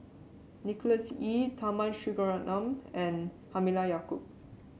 Nicholas Ee Tharman Shanmugaratnam and Halimah Yacob